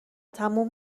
تموم